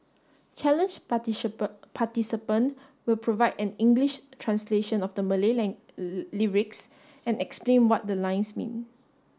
challenge participant will provide an English translation of the Malay lyrics and explain what the lines mean